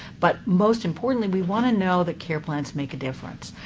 but most importantly, we want to know that care plans make a difference.